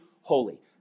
holy